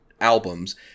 albums